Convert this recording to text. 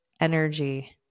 energy